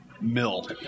mill